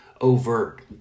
overt